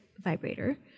vibrator